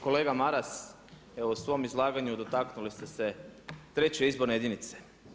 Kolega Maras, evo u svom izlaganju dotaknuli ste se treće izborne jedinice.